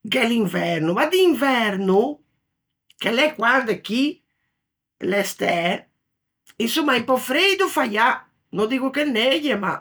gh'é l'inverno, ma d'inverno, che l'é quande chì l'é stæ, insomma, un pö freido faià, no diggo che neie, ma!